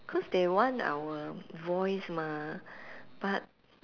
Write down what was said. cause they want our voice mah but